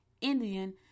Indian